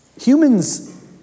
Humans